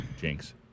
Jinx